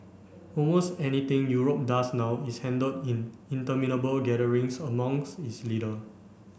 almost anything Europe does now is handled in interminable gatherings amongs its leader